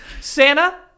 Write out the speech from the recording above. Santa